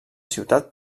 ciutat